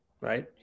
right